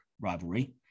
rivalry